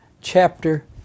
chapter